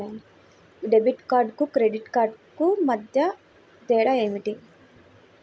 Debit కార్డుకు credit credit కార్డుకు మధ్య తేడా ఏమిటీ?